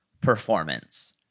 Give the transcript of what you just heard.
performance